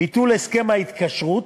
ביטול הסכם ההתקשרות,